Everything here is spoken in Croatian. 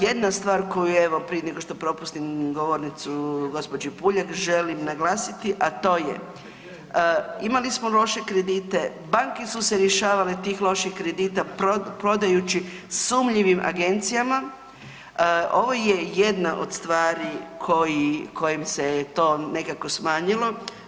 Jedna stvar koju evo prije nego što propustim govornicu gđi. Puljak, želim naglasiti, a to je, imali smo loše kredite, banke su se rješavale tih loših kredita prodajući sumnjivim agencijama, ovo je jedna od stvari koji, kojim se je to nekako smanjilo.